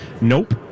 Nope